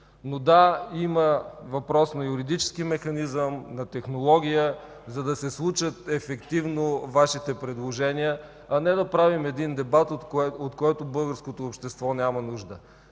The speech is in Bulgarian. Но, да, има въпрос на юридически механизъм, на технология, за да се случат ефективно Вашите предложения, а не да правим дебат, от който българското общество няма нужда.